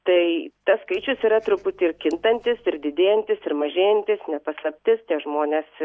tai tas skaičius yra truputį ir kintantis ir didėjantis ir mažėjantis ne paslaptis tie žmonės